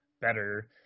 better